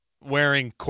wearing